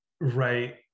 right